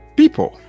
people